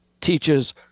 teaches